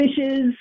Fishes